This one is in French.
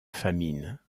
famine